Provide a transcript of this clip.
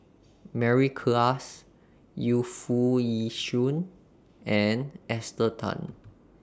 Mary Klass Yu Foo Yee Shoon and Esther Tan